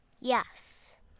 Yes